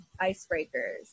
icebreakers